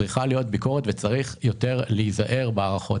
צריכה להיות ביקורת וצריך להיזהר יותר בהארכות